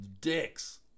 dicks